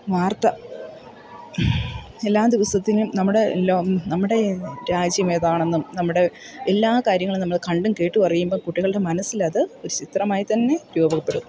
വാർത്ത എല്ലാ ദിവസത്തിനും നമ്മുടെ ലോ നമ്മുടെ രാജ്യമേതാണെന്നും നമ്മുടെ എല്ലാ കാര്യങ്ങളും നമ്മൾ കണ്ടും കേട്ടും അറിയുമ്പോൾ കുട്ടികളുടെ മനസ്സിലത് ഒരു ചിത്രമായി തന്നെ രൂപപ്പെടും